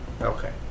Okay